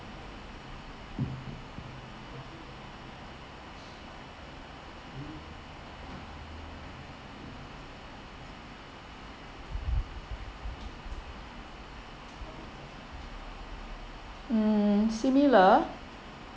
mm similar